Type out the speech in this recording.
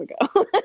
ago